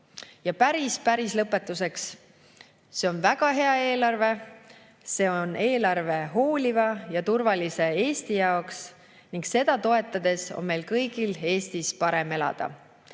Ja päris-päris lõpetuseks. See on väga hea eelarve. See on eelarve hooliva ja turvalise Eesti jaoks ning seda toetades on meil kõigil Eestis parem elada.